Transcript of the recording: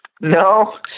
No